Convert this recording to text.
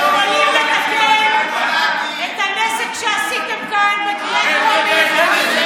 אתם יכולים לתקן את הנזק שעשיתם כאן בקריאה טרומית.